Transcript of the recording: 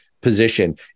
position